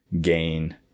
gain